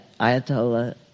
Ayatollah